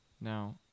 Now